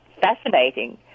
fascinating